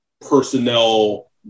personnel